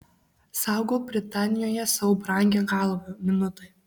saugok britanijoje savo brangią galvą minutai